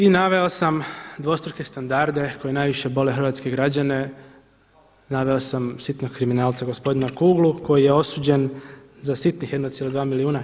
I naveo sam dvostruke standarde koji najviše bole hrvatske građane, naveo sam sitnog kriminalca gospodina Kuglu koji je osuđen za sitnih 1,2 milijuna.